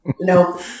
No